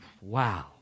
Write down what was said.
wow